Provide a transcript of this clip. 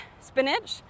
spinach